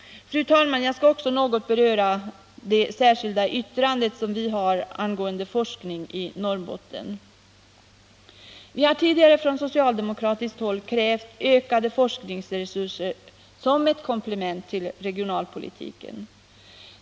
Fru talman! Jag skall också beröra det särskilda yttrandet om behovet av forskningsinsatser i Norrbotten. Vi har tidigare från socialdemokratiskt håll krävt ökade forskningsresurser som ett komplement till regionalpolitiken.